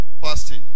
fasting